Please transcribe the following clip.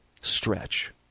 stretch